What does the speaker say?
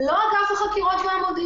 לא לפי שום קריטריון.